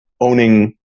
owning